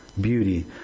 Beauty